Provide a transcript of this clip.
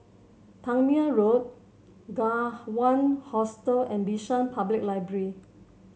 Tangmere Road Kawan Hostel and Bishan Public Library